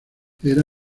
era